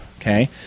Okay